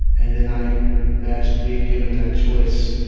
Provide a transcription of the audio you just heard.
and then i imagine being given that choice